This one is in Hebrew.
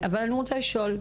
אבל אני רוצה לשאול.